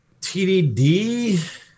TDD